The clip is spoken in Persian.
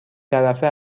طرفه